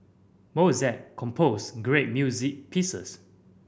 Mozart composed great music pieces